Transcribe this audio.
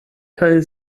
kaj